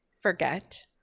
Forget